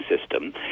system